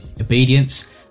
obedience